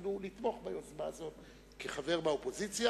אפילו הזכות לתמוך ביוזמה הזאת כחבר באופוזיציה.